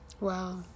wow